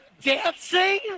dancing